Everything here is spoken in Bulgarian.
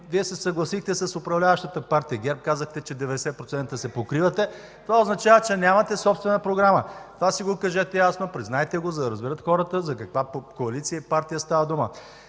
Вие се съгласихте с управляващата партия ГЕРБ, казахте, че 90% се покривате, а това означава, че нямате собствена програма. Кажете го ясно, признайте го, за да разберат хората за каква коалиция и партия става дума,